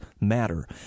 matter